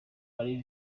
marie